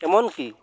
ᱮᱢᱚᱱ ᱠᱤ